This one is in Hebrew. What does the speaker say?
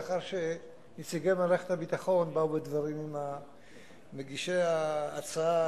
לאחר שנציגי מערכת הביטחון באו בדברים עם מגישי ההצעה,